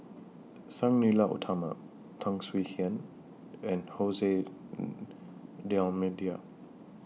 Sang Nila Utama Tan Swie Hian and Hose D'almeida